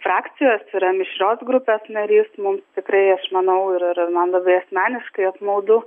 frakcijos yra mišrios grupės narys mums tikrai aš manau ir ir man labai asmeniškai apmaudu